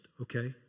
okay